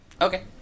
Okay